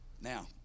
now